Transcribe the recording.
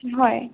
হয়